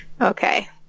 Okay